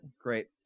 Great